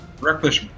Reckless